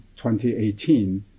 2018